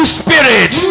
spirit